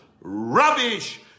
Rubbish